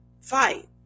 fight